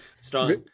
Strong